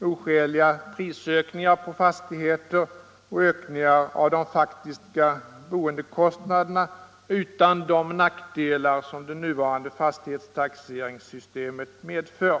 oskäliga prisökningar på fastigheter och ökningar av de faktiska boendekostnaderna utan de nackdelar som det nuvarande fastighetstaxeringssystemet medför.